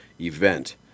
event